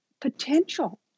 potential